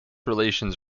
relations